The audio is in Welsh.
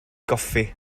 goffi